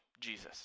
Jesus